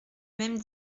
même